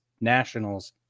Nationals